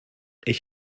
ich